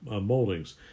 moldings